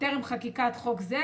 טרם חקיקת חוק זה,